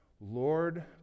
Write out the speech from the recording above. Lord